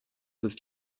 peut